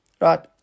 Right